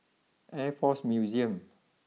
Air Force Museum